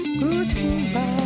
Goodbye